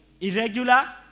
Irregular